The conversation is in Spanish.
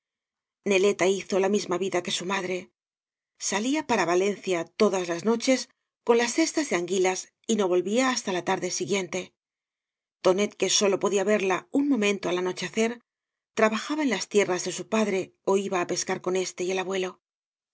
neleta hizo la misma vida que bu madre baila para valencia todaa las noches con las ceetas de anguilas y no volvia hasta la tarde biguieote tonet que bóio podía verla un momento al anochecer trabajaba en las tierras de bu padre ó iba á pescar con éste y el abuelo